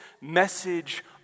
message